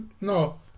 no